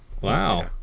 Wow